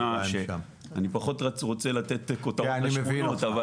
פחות רוצה לתת כותרות לשכונות אבל